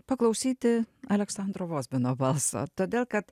paklausyti aleksandro vozbino balso todėl kad